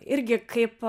irgi kaip